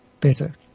better